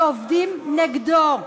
ועובדים נגדו.